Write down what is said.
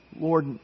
Lord